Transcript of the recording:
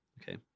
okay